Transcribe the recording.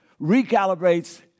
recalibrates